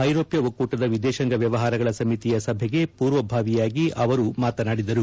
ಐರೋಪ್ತ ಒಕ್ಕೂಟದ ವಿದೇತಾಂಗ ವ್ಯವಹಾರಗಳ ಸಮಿತಿಯ ಸಭೆಗೆ ಪೂರ್ವಭಾವಿಯಾಗಿ ಅವರು ಮಾತನಾಡಿದರು